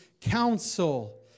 counsel